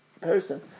person